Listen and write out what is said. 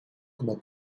como